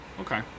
Okay